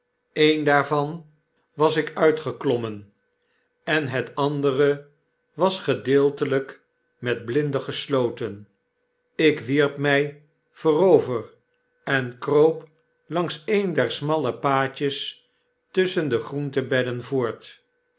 een daarvan een gevaaelijee tocht was ik uitgeklommen en het andere was gedeeltelijk met blinden gesloten ik wierp mjj voorover en kroop langs een der smalle paadjes tusschen de groentebedden voort